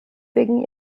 wegen